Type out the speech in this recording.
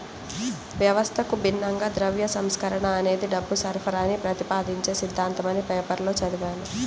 వ్యవస్థకు భిన్నంగా ద్రవ్య సంస్కరణ అనేది డబ్బు సరఫరాని ప్రతిపాదించే సిద్ధాంతమని పేపర్లో చదివాను